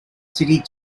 city